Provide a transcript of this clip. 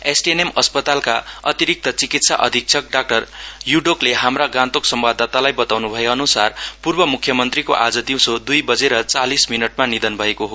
STNM अस्पतालका अतिरिक्त चिकित्सा अधिक्षक डाक्टर युडोकले हाम्रा गान्तोक संवाददातालाई बताउनु भएअनुसार मुख्यमन्त्री श्री लिम्बुको आज दिउँसो दुइ बजेर चासिल मिनटमा निधन भएको हो